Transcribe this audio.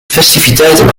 festiviteiten